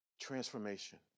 Transformation